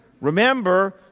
remember